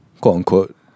Quote-unquote